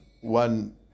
one